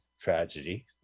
tragedy